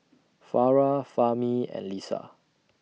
Farah Fahmi and Lisa